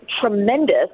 tremendous